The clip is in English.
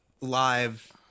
live